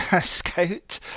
scout